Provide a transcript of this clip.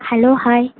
hello hi